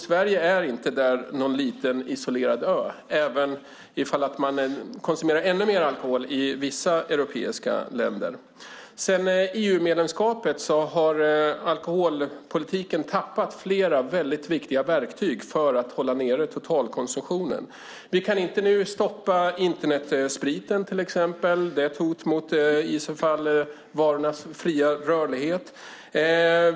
Sverige är inte någon liten, isolerad ö, även om det konsumeras ännu mer alkohol i vissa andra europeiska länder. Sedan EU-medlemskapet har alkoholpolitiken tappat flera viktiga verktyg för att hålla nere totalkonsumtionen. Vi kan inte längre stoppa Internetspriten. Det vore i så fall ett hot mot varornas fria rörlighet.